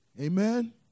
Amen